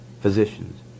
physicians